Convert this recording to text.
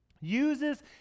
uses